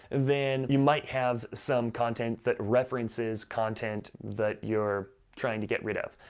then you might have some content that references content that you're trying to get rid of.